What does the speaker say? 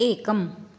एकम्